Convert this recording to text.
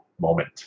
moment